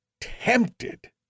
tempted